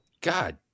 God